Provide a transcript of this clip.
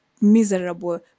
miserable